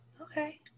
Okay